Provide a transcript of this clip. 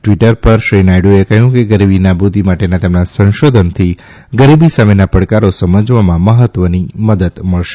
Twitter પર શ્રી નાયડુએ કહ્યું કે ગરીબી નાબૂદ માટેનાં તેમનાં સંશોધનોથી ગરીબી સામેના પડકારો સમજવામાં મહત્વની મદદ મળશે